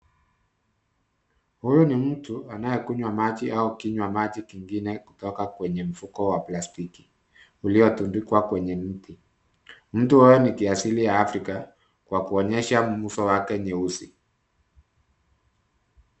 Huyu ni mtu anayekunywa maji au kinywa maji kingine kutoka kwenye mfuko wa plastiki uliotundikwa kwenye mti. Mtu huyu ni kiasili ya afrika kwa kuonyesha uso wake nyeusi.